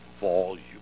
volume